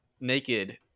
naked